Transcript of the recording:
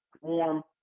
warm